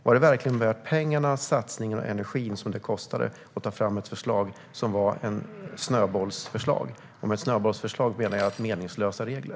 Var det verkligen värt pengarna, satsningen och energin som det kostade att ta fram och genomföra ett snöbollsförslag? Med snöbollsförslag menar jag helt enkelt meningslösa regler.